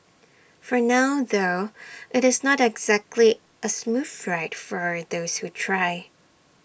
for now though IT is not exactly A smooth ride for those who try